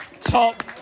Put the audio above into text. top